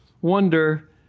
Wonder